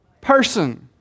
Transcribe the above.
person